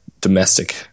domestic